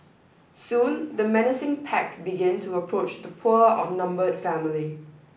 soon the menacing pack begin to approach the poor outnumbered family